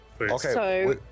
okay